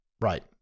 right